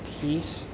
peace